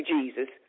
Jesus